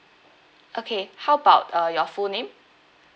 okay how about uh your full name